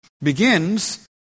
begins